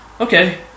okay